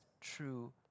true